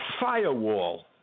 firewall